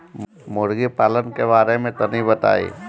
मुर्गी पालन के बारे में तनी बताई?